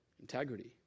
integrity